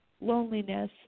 loneliness